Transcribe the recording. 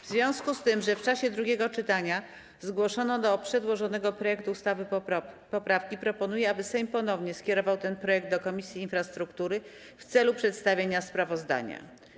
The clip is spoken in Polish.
W związku z tym, że w czasie drugiego czytania zgłoszono do przedłożonego projektu ustawy poprawki, proponuję, aby Sejm ponownie skierował ten projekt do Komisji Infrastruktury w celu przedstawienia sprawozdania.